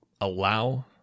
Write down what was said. allow